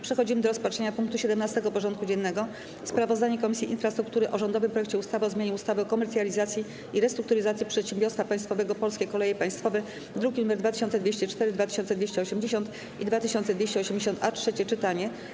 Przystępujemy do rozpatrzenia punktu 17. porządku dziennego: Sprawozdanie Komisji Infrastruktury o rządowym projekcie ustawy o zmianie ustawy o komercjalizacji i restrukturyzacji przedsiębiorstwa państwowego ˝Polskie Koleje Państwowe˝ (druki nr 2204, 2280 i 2280-A) - trzecie czytanie.